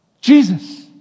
jesus